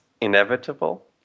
inevitable